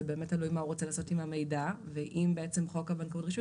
זה באמת תלוי מה הוא רוצה לעשות עם המידע ואם חוק הרישוי,